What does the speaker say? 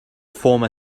former